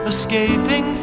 Escaping